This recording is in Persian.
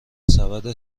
سبد